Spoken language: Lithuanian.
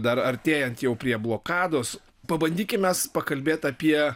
dar artėjant jau prie blokados pabandykim mes pakalbėt apie